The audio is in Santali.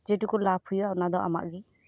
ᱡᱮᱴᱩᱠᱩ ᱞᱟᱵᱽ ᱦᱳᱭᱳᱜᱼᱟ ᱚᱱᱟ ᱫᱚ ᱟᱢᱟᱜ ᱜᱮ